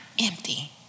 empty